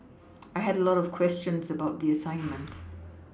I had a lot of questions about the assignment